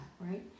right